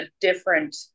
different